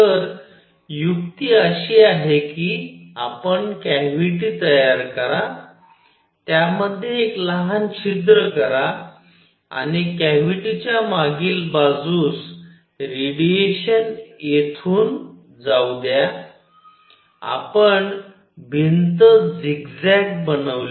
तर युक्ती ही आहे की आपण कॅव्हिटी तयार करा त्यामध्ये एक लहान छिद्र करा आणि कॅव्हिटीच्या मागील बाजूस रेडिएशन येथून जाऊ द्या आपण भिंत झिगझॅग बनवली